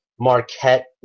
Marquette